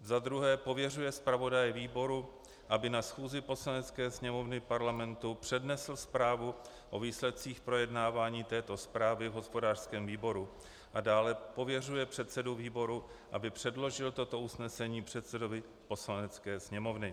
Za druhé, pověřuje zpravodaje výboru, aby na schůzi Poslanecké sněmovny Parlamentu přednesl zprávu o výsledcích projednávání této zprávy v hospodářském výboru, a dále, pověřuje předsedu výboru, aby předložil toto usnesení předsedovi Poslanecké sněmovny.